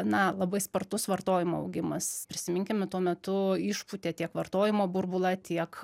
na labai spartus vartojimo augimas prisiminkime tuo metu išpūtė tiek vartojimo burbulą tiek